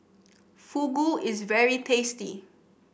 Fugu is very tasty